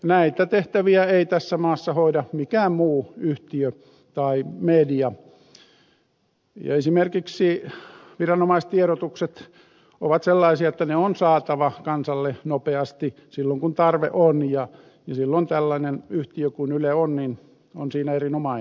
näitä tehtäviä ei tässä maassa hoida mikään muu yhtiö tai media ja esimerkiksi viranomaistiedotukset ovat sellaisia että ne on saatava kansalle nopeasti silloin kun tarve on ja silloin tällainen yhtiö kuin yle on siinä erinomainen